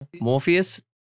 Morpheus